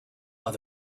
are